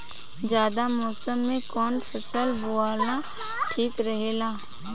जायद मौसम में कउन फसल बोअल ठीक रहेला?